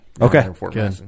Okay